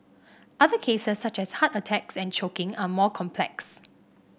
other cases such as heart attacks and choking are more complex